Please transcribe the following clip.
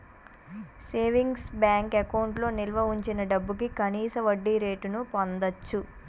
savings bank అకౌంట్లో నిల్వ వుంచిన డబ్భుకి కనీస వడ్డీరేటును పొందచ్చు